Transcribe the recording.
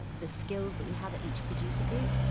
the skills that we have at each producer group,